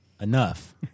enough